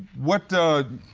what, ah,